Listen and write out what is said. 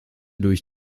durch